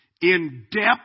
in-depth